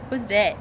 who's that